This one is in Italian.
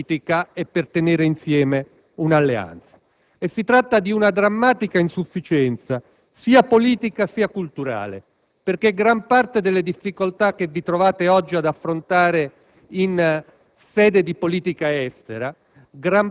per condurre una politica e per tenere insieme un'alleanza. Si tratta di una drammatica insufficienza politica ma soprattutto culturale. Perché gran parte delle difficoltà che vi trovate oggi ad affrontare